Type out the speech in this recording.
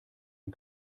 ein